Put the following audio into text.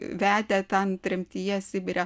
vedę ten tremtyje sibire